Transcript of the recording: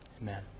Amen